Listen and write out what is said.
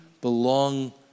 belong